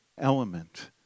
element